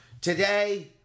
Today